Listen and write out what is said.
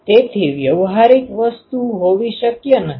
તેથી વ્યવહારિક વસ્તુ હોવી શક્ય નથી